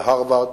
בהארוורד.